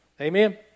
Amen